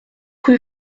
rue